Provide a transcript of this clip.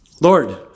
Lord